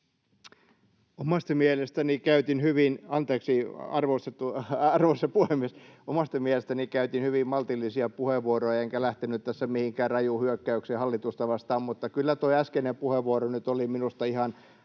Omasta mielestäni käytin hyvin maltillisia puheenvuoroja enkä lähtenyt tässä mihinkään rajuun hyökkäykseen hallitusta vastaan, [Mai Kivelä: Syytä olisi!] mutta kyllä tuo äskeinen puheenvuoro nyt oli minusta ihan